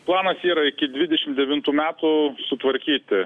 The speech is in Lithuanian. planas yra iki dvidešim devintų metų sutvarkyti